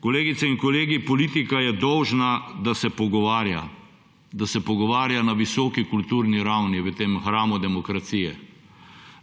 Kolegice in kolegi, politika je dolžna, da se pogovarja, da se pogovarja na visoki kulturni ravni v tem hramu demokracije.